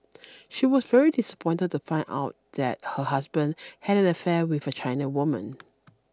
she was very disappointed to find out that her husband had an affair with a China woman